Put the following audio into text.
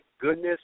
goodness